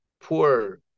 poor